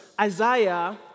Isaiah